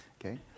okay